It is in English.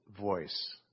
voice